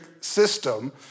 system